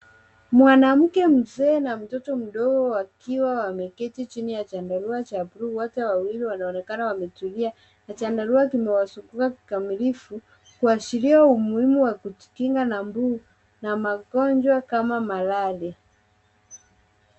Mwanamke mzee na mtoto mdogo wakiwa wameketi chini ya chandarua cha buluu, wote wawili wanaonekana wametulia na chandarua kuimewazunguka kikamilifu kuashiria umuhimu wa kujikinga na mbu na magonjwa kama malaria.